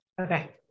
Okay